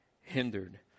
hindered